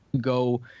go